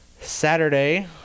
Saturday